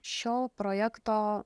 šio projekto